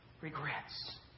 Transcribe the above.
Regrets